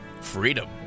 freedom